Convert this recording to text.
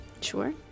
Sure